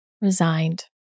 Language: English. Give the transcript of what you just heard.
resigned